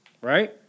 right